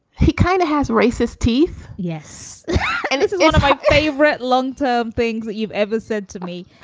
he kind of has racist teeth. yes and this is one of my favorite long term things that you've ever said to me.